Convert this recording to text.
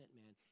man